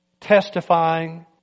Testifying